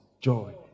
joy